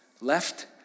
Left